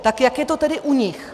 Tak jak je to tedy u nich?